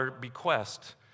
bequest